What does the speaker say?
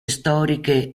storiche